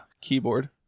keyboard